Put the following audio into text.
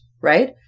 right